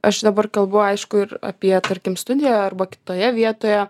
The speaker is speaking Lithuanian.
aš dabar kalbu aišku ir apie tarkim studijoje arba kitoje vietoje